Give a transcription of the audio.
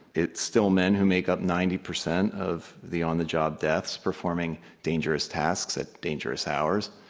it's still men who make up ninety percent of the on-the-job deaths, performing dangerous tasks at dangerous hours.